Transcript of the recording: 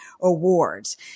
awards